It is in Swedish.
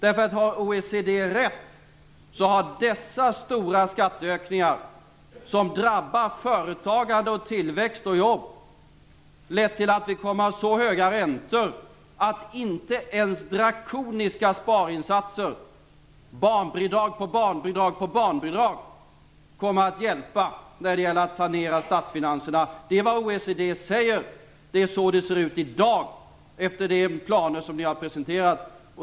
Om OECD har rätt, har de stora skatteökningar som drabbar företagande, tillväxt och jobb lett till att vi kommer att få så höga räntor att inte ens drakoniska sparinsatser, som drabbar barnbidrag efter barnbidrag, kommer att hjälpa när det gäller att sanera statsfinanserna. Det är vad OECD säger. Det är så det ser ut i dag med de planer som ni har presenterat.